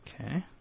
Okay